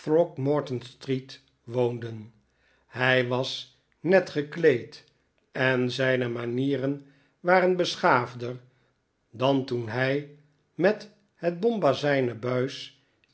woonde hij was net gekleed en zijne manieren waren beschaafder dan toen hij met het bombazijnen buis